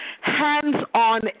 hands-on